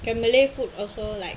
and malay food also like